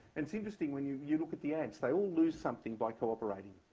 and it's interesting when you you look at the ants. they all lose something by cooperating.